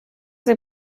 sie